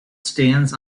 stands